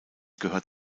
gehört